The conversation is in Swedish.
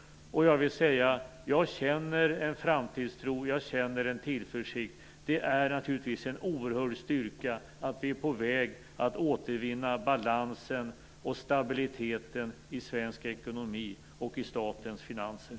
Jag vill säga att jag känner en framtidstro och en tillförsikt. Det är naturligtvis en oerhörd styrka att vi är på väg att återvinna balansen och stabiliteten i svensk ekonomi och i statens finanser.